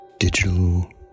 digital